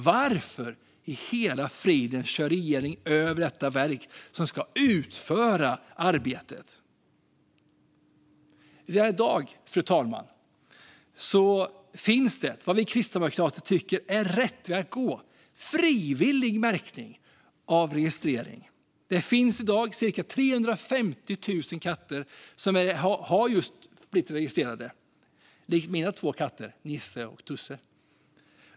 Varför i hela friden kör regeringen över detta verk, som ska utföra arbetet? Fru talman! Redan i dag finns vad vi kristdemokrater tycker är rätt väg att gå, nämligen frivillig märkning och registrering. Det finns i dag cirka 350 000 katter som har blivit registrerade, däribland mina två katter Nisse och Tusse.